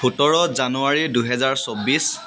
সোতৰ জানুৱাৰী দুহেজাৰ চৌব্বিছ